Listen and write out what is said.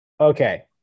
Okay